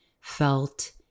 felt